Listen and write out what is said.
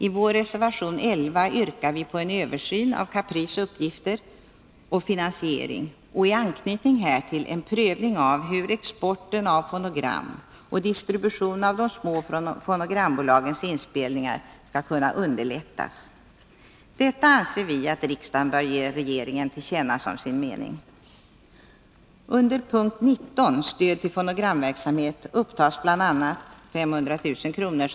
I vår reservation 11 yrkar vi på en översyn av Caprices uppgifter och finansiering och i anknytning härtill en prövning av hur exporten av fonogram och distribution av de små fonogrambolagens inspelningar skall kunna underlättas. Detta anser vi att riksdagen som sin mening bör ge regeringen till känna. Under punkt 19, stöd till fonogramverksamhet, upptas bl.a. 500 000 kr.